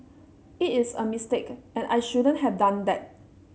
it is a mistake and I shouldn't have done that